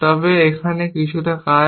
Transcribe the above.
তবে এখন এটি কিছুটা কাজ